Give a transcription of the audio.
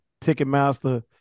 Ticketmaster